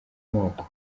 moko